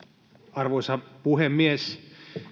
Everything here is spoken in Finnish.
arvoisa puhemies